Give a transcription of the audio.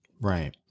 Right